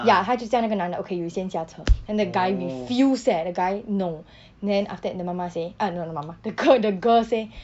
ya 她就叫那个男的 okay you 先下车 then the guy refuse eh the guy no then after the 妈妈 say ah no the 妈妈 the girl the girl say